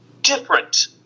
different